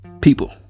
people